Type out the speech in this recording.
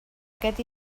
aquest